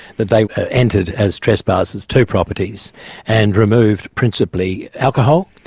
that they entered as trespassers two properties and removed principally alcohol,